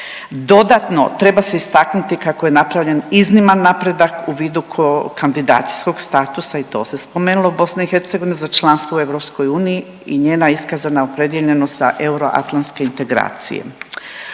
Dodatno treba se istaknuti kako je napravljen izniman napredak u vidu kandidacijskog statusa i to se spomenulo BiH za članstvo u Europskoj uniji i njena iskazana opredijeljenost za euro atlantske integracije.